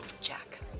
Jack